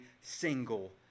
single